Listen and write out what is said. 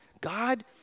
God